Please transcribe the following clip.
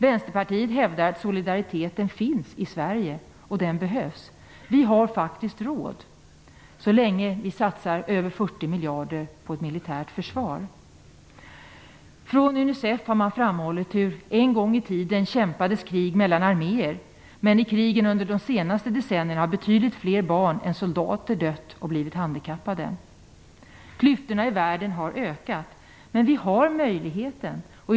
Vänsterpartiet hävdar att det finns solidaritet i Sverige och att den behövs. Vi har faktiskt råd, så länge vi kan satsa över 40 miljarder på ett militärt försvar. Från UNICEF har man framhållit att krig en gång i tiden utkämpades mellan arméer, men att i krigen under de senaste decennierna har betydligt fler barn än soldater dött eller blivit handikappade. Klyftorna i världen har ökat. Vi har dock möjligheter.